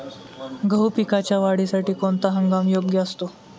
गहू पिकाच्या वाढीसाठी कोणता हंगाम योग्य असतो?